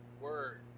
word